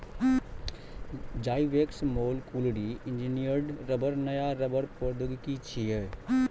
Zyvex molecularly engineered रबड़ नया रबड़ प्रौद्योगिकी छियै